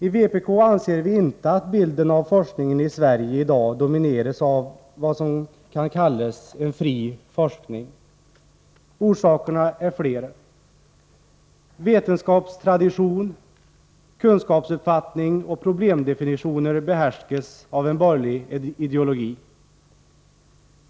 I vpk anser vi inte att bilden av forskningen i Sverige i dag domineras av vad som kan kallas en fri forskning. Orsakerna är flera: —- Vetenskapstradition, kunskapsuppfattning och problemdefinitioner behärskas av en borgerlig ideologi.